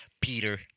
Peter